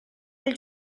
del